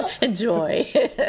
enjoy